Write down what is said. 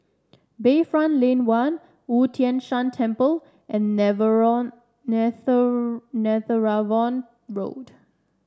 Bayfront Lane One Wu Tai Shan Temple and Netheravon Road